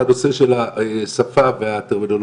על הנושא של השפה והטרמינולוגיה,